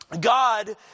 God